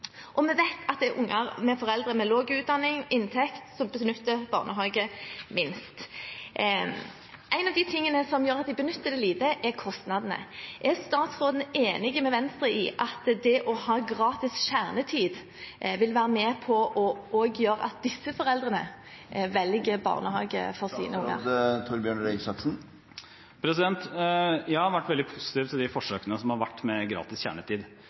og vi vet at det er unger med foreldre med lav utdanning og lav inntekt som benytter barnehage minst. En av de tingene som gjør at de benytter tilbudet lite, er kostnadene. Er statsråden enig med Venstre i at det å ha gratis kjernetid, vil være med på å gjøre at også disse foreldrene velger barnehage for ungene sine? Jeg har vært veldig positiv til forsøkene som har vært med gratis kjernetid.